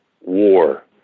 war